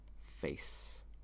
face